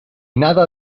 nada